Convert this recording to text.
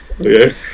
okay